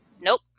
Nope